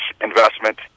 investment